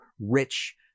rich